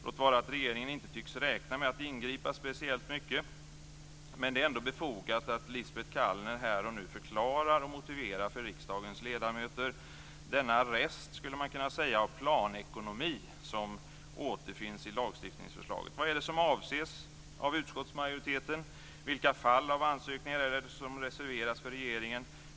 Låt vara att regeringen inte tycks räkna med att ingripa speciellt mycket men det är ändå befogat att Lisbet Calner här och nu förklarar och motiverar för riksdagens ledamöter denna rest, skulle man kunna säga, av planekonomi som återfinns i lagstiftningsförslaget. Vad är det som avses av utskottsmajoriteten? Vilka fall av ansökningar är det som reserveras för regeringen?